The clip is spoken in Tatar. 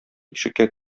ишеккә